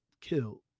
killed